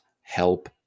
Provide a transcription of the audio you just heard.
help